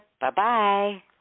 Bye-bye